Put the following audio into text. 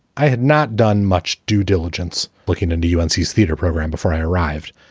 i had not done much due diligence looking into u. n. c theater program before i arrived.